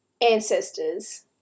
ancestors